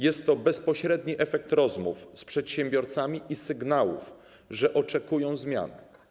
Jest to bezpośredni efekt rozmów z przedsiębiorcami i sygnałów, że oczekują zmian.